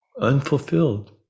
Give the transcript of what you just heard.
unfulfilled